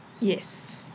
Yes